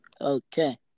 Okay